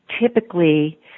typically